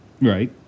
Right